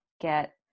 get